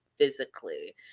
physically